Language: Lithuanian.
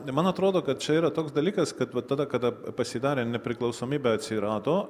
man atrodo kad čia yra toks dalykas kad va tada kada pasidarė nepriklausomybė atsirado